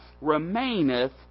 remaineth